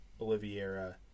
Oliviera